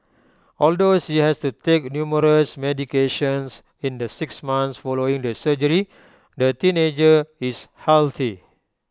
although she has to take numerous medications in the six months following the surgery the teenager is healthy